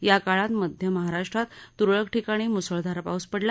याकाळात मध्य महाराष्ट्रात तुरळक ठिकाणी मुसळधार पाऊस पडला